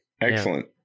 Excellent